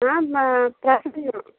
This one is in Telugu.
ఆ మా ప్రసన్న